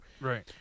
Right